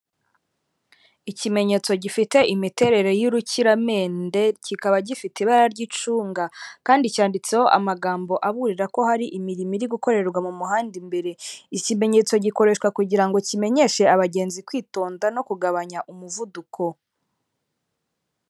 Ikimenyetso gifite imiterere y'urukiramende kikaba gifite ibara ry'icunga, kandi cyanditseho amagambo aburira ko hari imirimo iri gukorerwa mu muhanda imbere. Ikimenyetso gikoreshwa kugira ngo kimenyeshe abagenzi kwitonda no kugabanya umuvuduko.